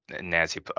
nancy